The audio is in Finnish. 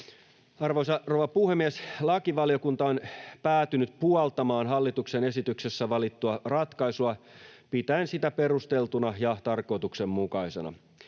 Arvoisa rouva puhemies! Lakivaliokunta on päätynyt puoltamaan hallituksen esityksessä valittua ratkaisua pitäen sitä perusteltuna ja tarkoituksenmukaisena.